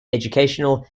educational